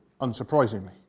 unsurprisingly